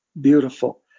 beautiful